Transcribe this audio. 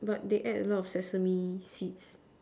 but they add a lot of sesame seeds